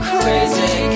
Crazy